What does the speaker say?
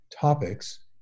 topics